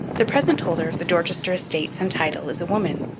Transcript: the present holder of the dorchester estates and title is a woman.